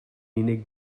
unig